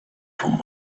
from